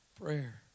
prayer